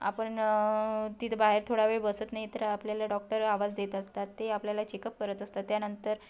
आपण तिथं बाहेर थोडा वेळ बसत नाही तर आपल्याला डॉक्टर आवाज देत असतात ते आपल्याला चेकअप करत असतात त्यानंतर